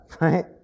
right